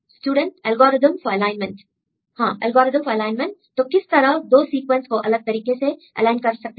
student Refer Time 1742 algorithms for alignment हां algorithms for alignment तो किस तरह दो सीक्वेंस को अलग तरीके से एलाइन कर सकते हैं